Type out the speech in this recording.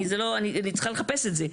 אני לא, אני צריכה לחפש את זה.